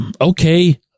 okay